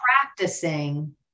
practicing